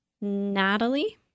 Natalie